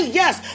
yes